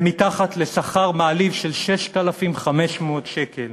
הן מתחת לשכר מעליב של 6,500 שקל.